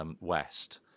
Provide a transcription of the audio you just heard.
West